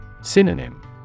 Synonym